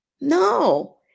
No